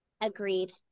Agreed